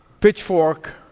pitchfork